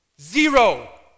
Zero